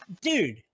Dude